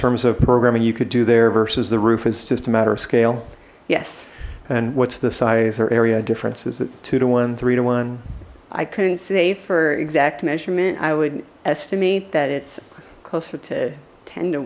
terms of programming you could do there versus the roof is just a matter of scale yes and what's the size or area differences at two to one three to one i couldn't say for exact measurement i would estimate that it's closer to ten to